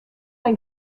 ein